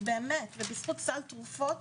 ובזכות סל תרופות